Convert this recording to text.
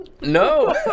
no